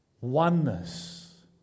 Oneness